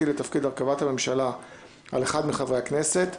את תפקיד הרכבת הממשלה על אחד מחברי הכנסת,